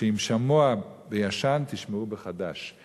שאם "שמוע" בישן, "תשמעו" בחדש.